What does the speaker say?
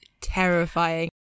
terrifying